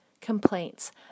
complaints